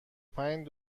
پنج